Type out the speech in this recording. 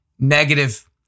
negative